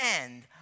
end